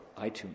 iTunes